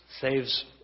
saves